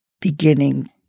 beginning